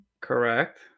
Correct